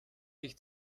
ich